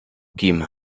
kim